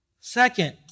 Second